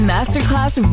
Masterclass